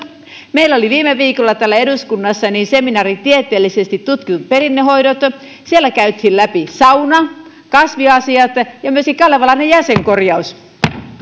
meillä oli viime viikolla täällä eduskunnassa seminaari tieteellisesti tutkitut perinnehoidot siellä käytiin läpi sauna kasviasiat ja myöskin kalevalainen jäsenkorjaus